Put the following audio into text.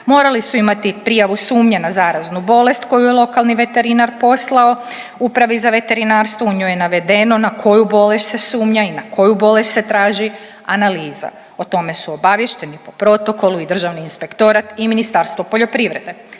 Morali su imati prijavu sumnje na zaraznu bolest koju je lokalni veterinar poslao Upravi za veterinarstvo u njoj je navedeno na koju bolest se sumnja i na koju bolest se traži analiza. O tome su obaviješteni po protokolu i Državni inspektorat i Ministarstvo poljoprivrede,